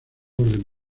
orden